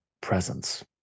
presence